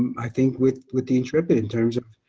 i think with with the intrepid in terms of